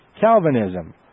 Calvinism